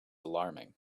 alarming